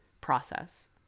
process